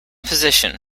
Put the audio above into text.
position